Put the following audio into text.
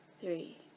three